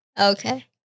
Okay